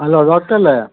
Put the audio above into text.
hello ഡോക്ടറല്ലേ